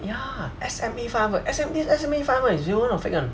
ya S_M_E five hundred S_M_E S_M_E five hundred is real [one] or fake [one]